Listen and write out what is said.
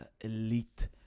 elite